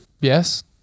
Yes